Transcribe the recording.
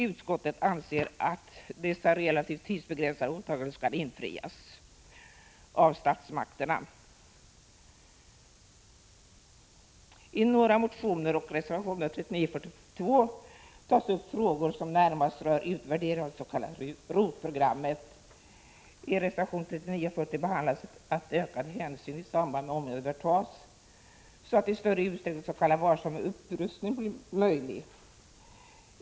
Utskottet anser att dessa relativt tidsbegränsade åtaganden skall fullföljas av statsmakterna. I några motioner och i reservationerna 39 t.o.m. 42 tas upp frågor som närmast rör utvärderingen av det s.k. ROT-programmet. I reservationerna 39 och 40 yrkas att ökad hänsyn i samband med ombyggnader bör tas, så att s.k. varsam upprustning i större utsträckning blir möjlig.